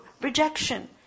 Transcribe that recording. Rejection